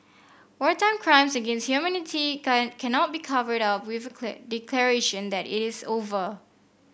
wartime crimes against humanity can cannot be covered up with declaration that it is over